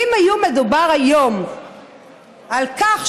אם היה מדובר היום על כך,